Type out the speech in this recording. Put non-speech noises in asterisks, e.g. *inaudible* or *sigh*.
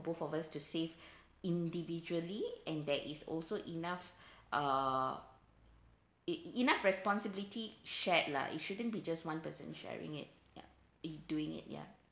both of us to save *breath* individually and there is also enough *breath* uh e~ enough responsibility shared lah it shouldn't be just one person sharing it ya eh doing it ya